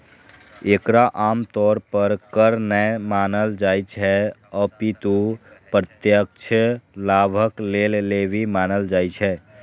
एकरा आम तौर पर कर नै मानल जाइ छै, अपितु प्रत्यक्ष लाभक लेल लेवी मानल जाइ छै